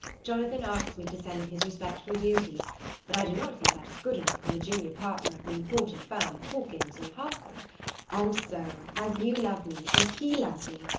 jonathan asks me to send his respectful duty but i do not think that is good enough from the junior partner of the important firm hawkins and harker and so, as you love me, and he loves me,